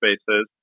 spaces